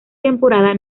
temporada